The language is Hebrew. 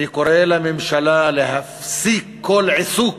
אני קורא לממשלה להפסיק כל עיסוק